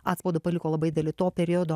atspaudą paliko labai didelį to periodo